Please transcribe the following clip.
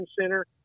Center